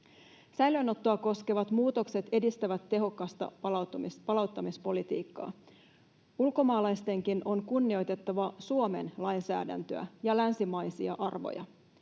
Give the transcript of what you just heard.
Säilöönottoa koskevat muutokset edistävät tehokasta palauttamispolitiikkaa. Ulkomaalaistenkin on kunnioitettava Suomen lainsäädäntöä ja länsimaisia arvoja.